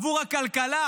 עבור הכלכלה,